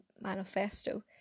Manifesto